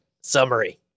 summary